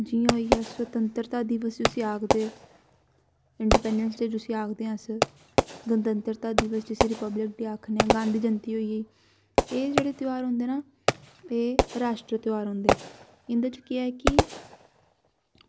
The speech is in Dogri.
जि'यां होई गेआ स्वतंत्रता दिवस उस्सी आक्खदे इंडीपेंड्स डे जिसी आक्खदे अस गणतंत्रता दिवस जिसी रिपब्लिक डे गांधी जंयती एह् जेह्ड़े डे होंदे न एह् राश्ट्री ध्यार होंदे न इंदे च केह् ऐ की